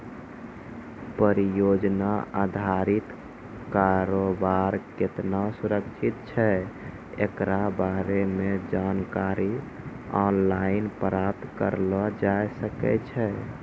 परियोजना अधारित कारोबार केतना सुरक्षित छै एकरा बारे मे जानकारी आनलाइन प्राप्त करलो जाय सकै छै